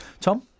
Tom